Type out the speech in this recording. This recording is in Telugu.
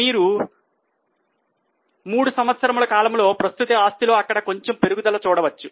మీరు మూడు సంవత్సరములు కాలములో ప్రస్తుత ఆస్తిలో అక్కడ కొంచెము పెరుగుదల చూడవచ్చు